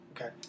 Okay